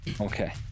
Okay